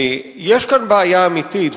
יש כאן בעיה אמיתית,